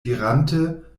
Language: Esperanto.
dirante